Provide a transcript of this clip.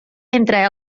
entre